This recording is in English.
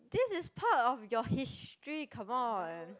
this is part of your history come on